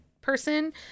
person